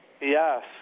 Yes